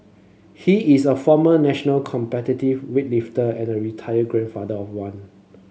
he is a former national competitive weightlifter and a retired grandfather of one